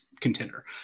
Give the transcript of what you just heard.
Contender